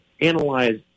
analyze